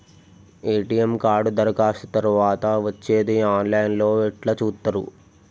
ATM card దరఖాస్తు తరువాత వచ్చేది ఆన్ లైన్ లో ఎట్ల చూత్తరు?